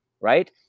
right